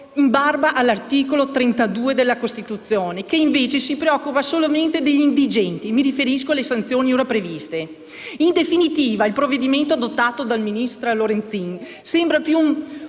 in barba all'articolo 32 della Costituzione, che invece si preoccupa solamente degli indigenti (mi riferisco alle sanzioni ora previste). In definitiva, il provvedimento adottato dalla ministra Lorenzin sembra più